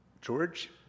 George